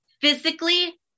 physically